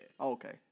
Okay